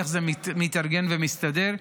איך זה מתארגן ומסתדר,